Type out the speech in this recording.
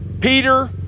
Peter